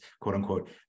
quote-unquote